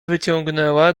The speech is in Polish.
wyciągnęła